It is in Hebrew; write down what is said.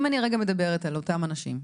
אני אומר,